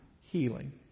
healing